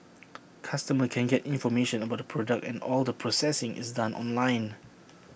customers can get information about the product and all the processing is done online